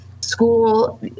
school